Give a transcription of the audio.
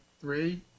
three